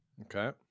Okay